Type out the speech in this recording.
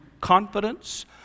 confidence